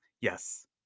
Yes